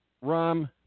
rum